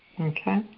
Okay